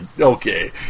okay